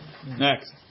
next